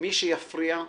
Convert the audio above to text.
מי שיפריע,